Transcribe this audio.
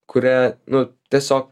kurie nu tiesiog